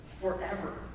forever